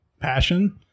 passion